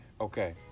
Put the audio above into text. Okay